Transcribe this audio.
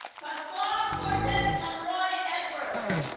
pascual ah cortes-monroy edwards